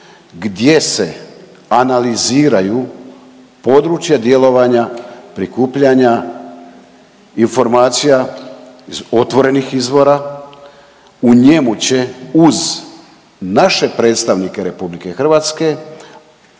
gdje se analiziraju područja djelovanja, prikupljanja informacija iz otvorenih izvora, u njemu će uz naše predstavnike RH